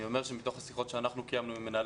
אני אומר שמתוך השיחות שאנחנו קיימנו עם מנהלי